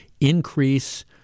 increase